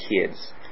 kids